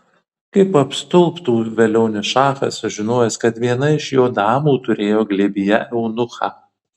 kaip apstulbtų velionis šachas sužinojęs kad viena iš jo damų turėjo glėbyje eunuchą